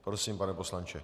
Prosím, pane poslanče.